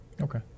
Okay